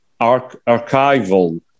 archival